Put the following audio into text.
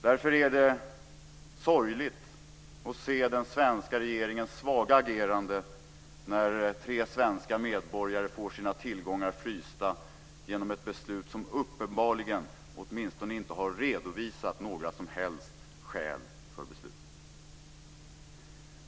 Därför är det sorgligt att se den svenska regeringens svaga agerande när tre svenska medborgare får sina tillgångar frysta och man uppenbarligen inte har redovisat några som helst skäl för beslutet.